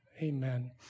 Amen